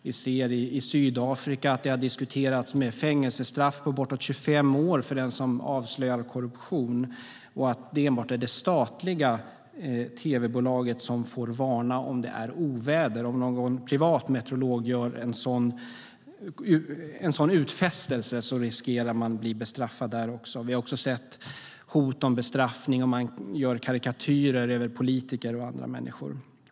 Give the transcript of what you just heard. Vi ser det i Sydafrika, där det har diskuterats fängelsestraff på uppemot 25 år för den som avslöjar korruption och där det enbart är det statliga tv-bolaget som får varna för oväder. En privat meteorolog som gör det riskerar att bli bestraffad. Vi har också sett hot om bestraffning om man gör karikatyrer över politiker och andra människor.